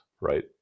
right